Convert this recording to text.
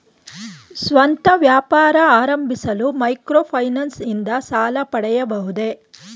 ಸ್ವಂತ ವ್ಯಾಪಾರ ಆರಂಭಿಸಲು ಮೈಕ್ರೋ ಫೈನಾನ್ಸ್ ಇಂದ ಸಾಲ ಪಡೆಯಬಹುದೇ?